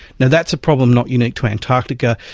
you know that's a problem not unique to antarctica.